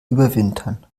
überwintern